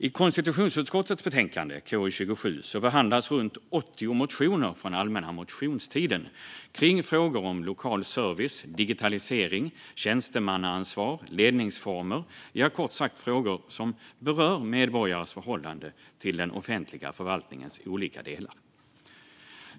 I konstitutionsutskottets betänkande KU27 behandlas runt 80 motioner från allmänna motionstiden om frågor om lokal service, digitalisering, tjänstemannaansvar, ledningsformer - kort sagt frågor som berör medborgares förhållande till den offentliga förvaltningens olika delar.